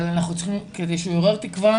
אבל כדי שהוא יעורר תקווה,